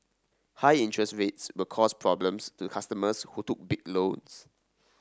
high interest rates will cause problems to customers who took big loans